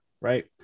right